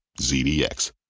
ZDX